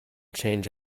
change